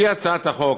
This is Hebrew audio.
על-פי הצעת החוק,